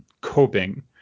coping